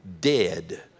dead